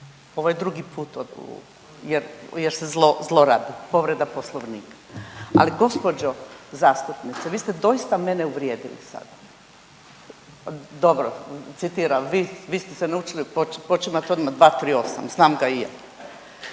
ovo je drugi put jer se zlorabi povreda poslovnika. Ali gospođo zastupnice vi ste doista mene uvrijedili sada. Dobro, citiram vi ste se naučili počimat odmah 238., znam ga i ja,